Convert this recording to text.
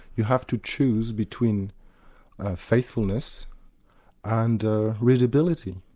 you have to choose between faithfulness and readability,